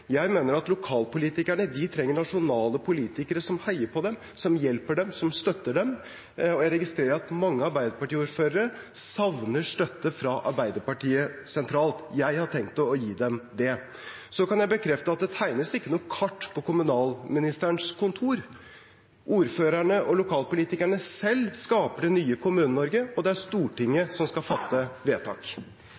Jeg mener at lokalpolitikerne trenger nasjonale politikere som heier på dem, som hjelper dem, som støtter dem. Jeg registrerer at mange Arbeiderparti-ordførere savner støtte fra Arbeiderpartiet sentralt. Jeg har tenkt å gi dem det. Så kan jeg bekrefte at det ikke tegnes noe kart på kommunalministerens kontor. Ordførerne og lokalpolitikerne selv skaper det nye Kommune-Norge, og det er Stortinget